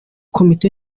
komite